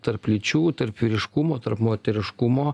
tarp lyčių tarp vyriškumo tarp moteriškumo